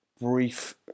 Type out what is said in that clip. brief